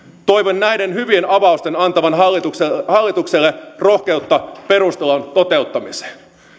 toivon näiden hyvien avausten antavan hallitukselle hallitukselle rohkeutta perustulon toteuttamiseen